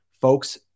Folks